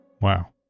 Wow